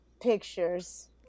pictures